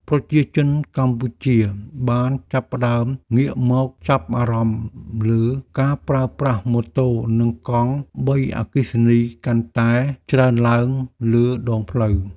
ប្រជាជនកម្ពុជាបានចាប់ផ្តើមងាកមកចាប់អារម្មណ៍លើការប្រើប្រាស់ម៉ូតូនិងកង់បីអគ្គិសនីកាន់តែច្រើនឡើងលើដងផ្លូវ។